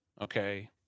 okay